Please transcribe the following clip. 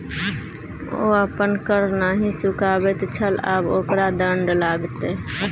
ओ अपन कर नहि चुकाबैत छल आब ओकरा दण्ड लागतै